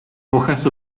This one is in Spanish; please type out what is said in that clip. hojas